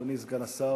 אדוני סגן שר